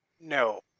No